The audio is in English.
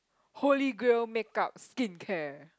holy grail make-up skincare